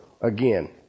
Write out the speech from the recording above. again